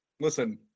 Listen